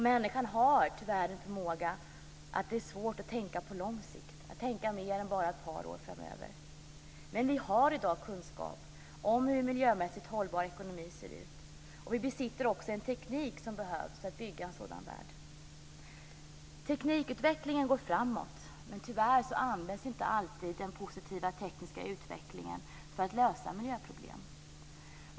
Människan har svårt att tänka på lång sikt, att tänka längre fram än ett par år. Men vi har i dag kunskap om hur en miljömässigt hållbar ekonomi ser ut, och vi besitter också den teknik som behövs för att bygga en sådan värld. Teknikutvecklingen går framåt. Tyvärr används inte alltid den positiva tekniska utvecklingen till att lösa miljöproblem.